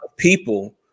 people